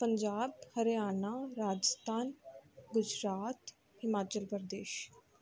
Punjab Haryana Rajasthan Gujarat Himachal Pradesh